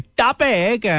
topic